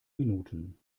minuten